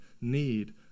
need